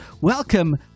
welcome